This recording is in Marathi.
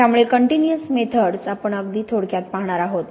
त्यामुळे काँटिन्युअस मेथड्स आपण अगदी थोडक्यात पाहणार आहोत